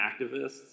activists